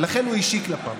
ולכן הוא אישי כלפיו.